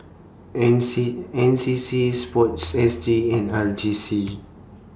N C N C C Sports S G and R J C